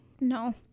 No